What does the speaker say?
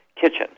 Kitchen